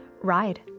ride